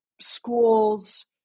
schools